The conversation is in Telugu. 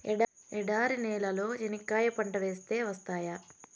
ఎడారి నేలలో చెనక్కాయ పంట వేస్తే వస్తాయా?